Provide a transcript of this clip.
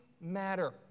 matter